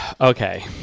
Okay